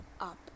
up